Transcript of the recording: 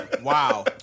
Wow